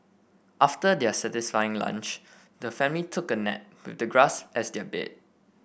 after their satisfying lunch the family took a nap with the grass as their bed